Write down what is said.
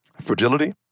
Fragility